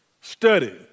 Study